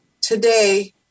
today